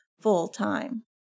full-time